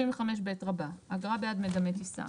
35ב. אגרה בעד מדנה טיסה.